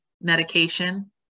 medication